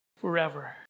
forever